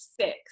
six